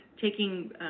taking